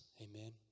Amen